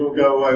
go